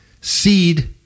seed